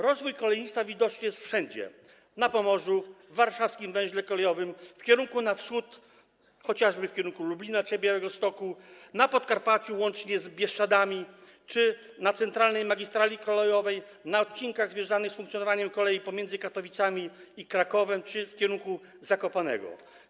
Rozwój kolejnictwa widoczny jest wszędzie: na Pomorzu, w Warszawskim Węźle Kolejowym, w kierunku na wschód, chociażby w kierunku Lublina czy Białegostoku, na Podkarpaciu, łącznie z Bieszczadami, czy na Centralnej Magistrali Kolejowej, na odcinkach funkcjonowania kolei pomiędzy Katowicami i Krakowem czy w kierunku Zakopanego.